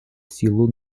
силу